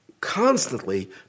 constantly